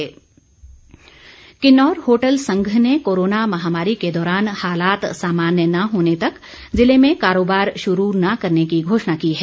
किन्नौर पर्यटन किन्नौर होटल संघ ने कोरोना महामारी के दौरान हालात सामान्य न होने तक ज़िले में कारोबार शुरू न करने की घोषणा की है